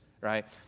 right